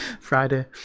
Friday